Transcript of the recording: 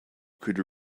could